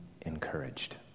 encouraged